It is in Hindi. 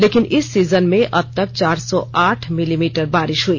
लेकिन इस सीजन में अब तक चार सौ आठ मिलीमीटर बारिश हुई